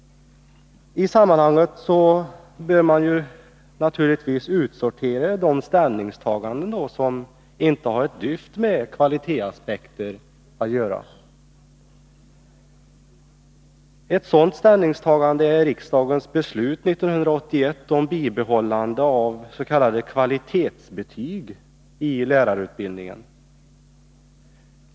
I sammanhanget bör man naturligtvis också utsortera de ställningstaganden som inte har ett dyft med kvalitetsaspekter att göra. Ett sådant ställningstagande är riksdagens beslut 1981 om bibehållande av s.k. kvalitetsbetyg i lärarutbildningen.